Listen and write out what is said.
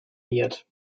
miert